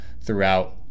throughout